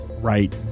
right